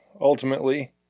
Ultimately